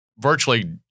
virtually